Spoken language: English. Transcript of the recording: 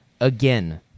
again